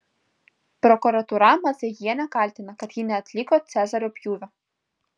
prokuratūra madzajienę kaltina kad ji neatliko cezario pjūvio